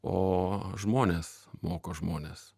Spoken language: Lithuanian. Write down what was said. o žmonės moko žmones